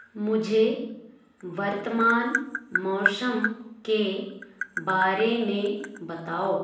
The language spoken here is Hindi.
मुझे वर्तमान मौसम के बारे में बताओ